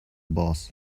boss